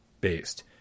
based